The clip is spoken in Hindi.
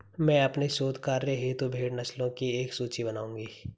मैं अपने शोध कार्य हेतु भेड़ नस्लों की एक सूची बनाऊंगी